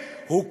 שהוא כועס,